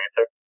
answer